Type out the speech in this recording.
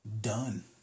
Done